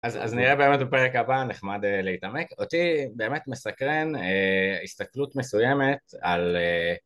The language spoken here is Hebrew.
אז נראה באמת בפרק הבא נחמד להתעמק. אותי באמת מסקרן הסתכלות מסוימת על...